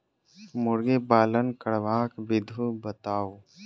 मुर्गी पालन करबाक विधि बताऊ?